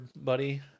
buddy